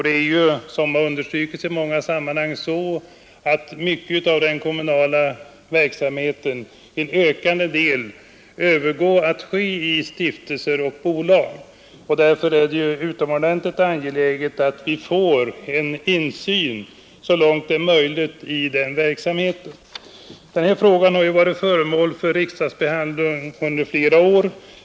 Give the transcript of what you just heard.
Det är ju .— som har understrukits i många sammanhang — så, att mycket av den kommunala verksamheten till ökande del övergår till att ske i stiftelser och bolag, och därför är det utomordentligt viktigt att vi får en insyn så långt det är möjligt i den verksamheten. Den här frågan har ju varit föremål för riksdagsbehandling under flera år.